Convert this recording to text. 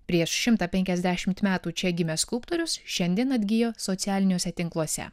prieš šimtą penkiasdešimt metų čia gimęs skulptorius šiandien atgijo socialiniuose tinkluose